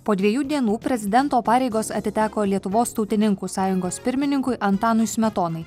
po dviejų dienų prezidento pareigos atiteko lietuvos tautininkų sąjungos pirmininkui antanui smetonai